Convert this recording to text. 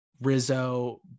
Rizzo